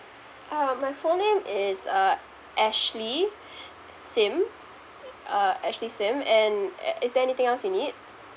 uh my full name is uh ashley sim uh ashley sim and eh is there anything else you need